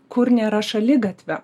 kur nėra šaligatvio